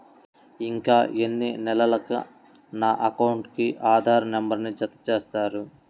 ఇంకా ఎన్ని నెలలక నా అకౌంట్కు ఆధార్ నంబర్ను జత చేస్తారు?